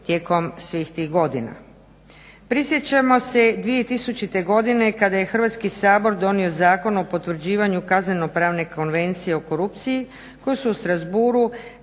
tijekom svih tih godina. Prisjećamo se 2000.godine kada je hrvatski sabor donio Zakon o potvrđivanju kazneno pravne konvencije o korupciji koju su u Strasbourghu